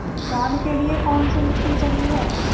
धान के लिए कौन सी मिट्टी सही है?